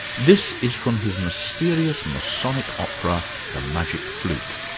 this is from his mysterious, masonic opera the magic flute.